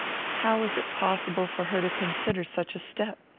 how was it possible for her to consider such a step?